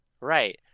right